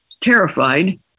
terrified